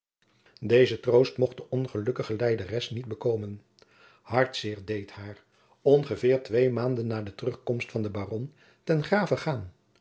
deze troost mocht de ongelukkige lijderes niet bekomen hartzeer deed haar ongeveer twee maanden na de terugkomst van den baron ten grave gaan